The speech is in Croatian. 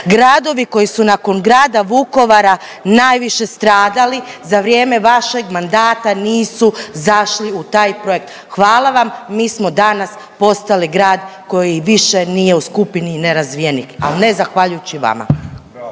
Gradovi koji su nakon grada Vukovara najviše stradali za vrijeme vašeg mandata nisu zašli u taj projekt. Hvala vam, mi smo danas postali grad koji više nije u skupini nerazvijenih, a ne zahvaljujući vama.